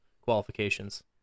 qualifications